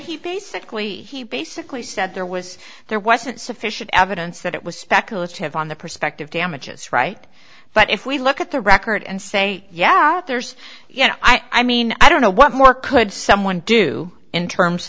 he basically he basically said there was there wasn't sufficient evidence that it was speculative on the prospective damages right but if we look at the record and say yeah there's you know i mean i don't know what more could someone do in terms